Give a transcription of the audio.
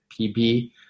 PB